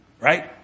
Right